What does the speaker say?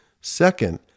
Second